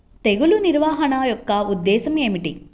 తెగులు నిర్వహణ యొక్క ఉద్దేశం ఏమిటి?